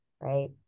Right